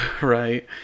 right